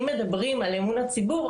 אם מדברים על אמון הציבור,